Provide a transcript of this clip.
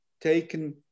taken